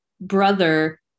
brother